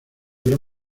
gran